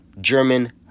German